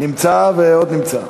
נמצא גם נמצא.